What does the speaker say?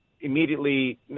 immediately